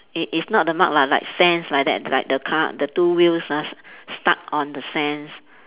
it is not the mark lah like sand like that like the car the two wheels ah s~ stuck on the sand